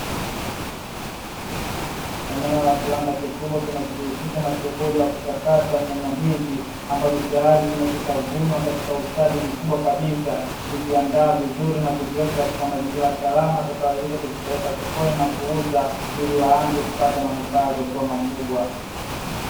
Eneo la kiwanda kikubwa kinachojihusisha na shughuli ya kuchakata nyanya hizi, ambazo tayari zimekwishavunwa katika ustadi mkubwa kabisa, kuziandaa vizuri na kuziweka katika mazingira salama tutakawezesha kuzipeleka sokoni na kuuza, ili waanze kupata manufaa yaliyokuwa makubwa.